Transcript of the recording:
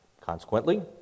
Consequently